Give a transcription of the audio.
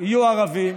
יהיו ערבים,